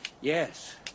Yes